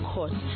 Court